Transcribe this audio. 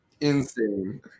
Insane